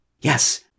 Yes